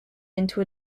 into